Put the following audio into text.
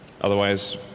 Otherwise